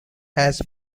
has